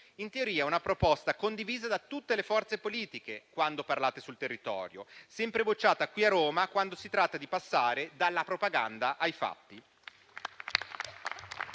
In teoria è una proposta condivisa da tutte le forze politiche, quando parlate sul territorio, ma sempre bocciata qui a Roma, quando si tratta di passare dalla propaganda ai fatti.